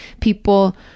people